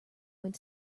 went